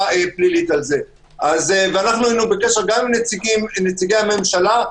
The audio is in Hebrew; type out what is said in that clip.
אנחנו היינו בקשר גם עם נציגי הממשלה,